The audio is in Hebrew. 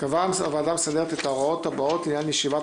קבעה הוועדה המסדרת את ההוראות הבאות לעניין ישיבת